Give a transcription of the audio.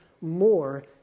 more